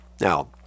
Now